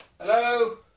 Hello